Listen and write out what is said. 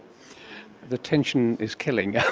the tension is killing, yeah